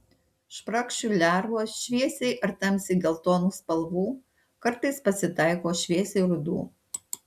spragšių lervos šviesiai ar tamsiai geltonų spalvų kartais pasitaiko šviesiai rudų